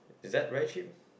is that very cheap